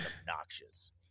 obnoxious